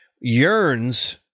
yearns